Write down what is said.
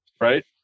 right